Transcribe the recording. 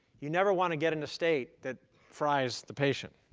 you never want to get in the state that fries the patient.